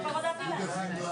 מבחינת מועצת